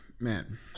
Man